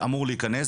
שאמור להיכנס.